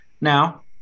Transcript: Now